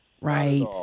right